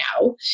now